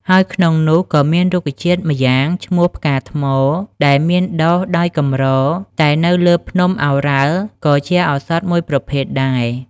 ហើយក្នុងនោះ ក៏មានរុក្ខជាតិម្យ៉ាងឈ្មោះផ្កាថ្ម ដែលមានដុះដោយកម្រតែនៅលើភ្នំឱរ៉ាល់ក៏ជាឱសថ ១ ប្រភេទដែរ។